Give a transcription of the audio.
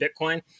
bitcoin